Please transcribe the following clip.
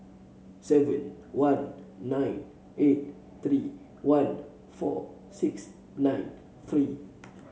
seven one nine eight three one four six nine three